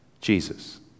Jesus